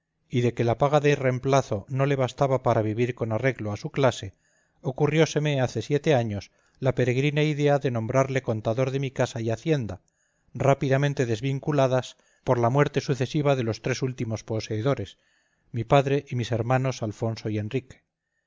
y de que la paga de reemplazo no le bastaba para vivir con arreglo a su clase ocurrióseme hace siete años la peregrina idea de nombrarle contador de mi casa y hacienda rápidamente desvinculadas por la muerte sucesiva de los tres últimos poseedores mi padre y mis